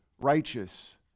righteous